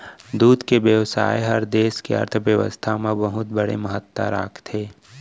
दूद के बेवसाय हर देस के अर्थबेवस्था म बहुत बड़े महत्ता राखथे